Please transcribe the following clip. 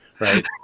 right